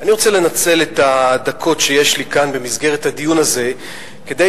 אני רוצה לנצל את הדקות שיש לי כאן במסגרת הדיון הזה כדי